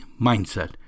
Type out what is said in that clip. mindset